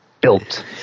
built